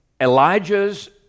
Elijah's